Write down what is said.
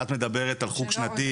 את מדברת על חוג שנתי,